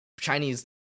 Chinese